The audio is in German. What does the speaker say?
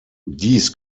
dies